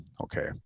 Okay